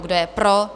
Kdo je pro?